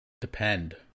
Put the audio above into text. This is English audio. Depend